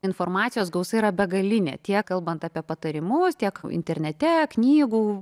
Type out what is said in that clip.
informacijos gausa yra begalinė tiek kalbant apie patarimus tiek internete knygų